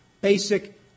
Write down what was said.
basic